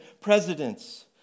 presidents